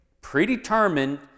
predetermined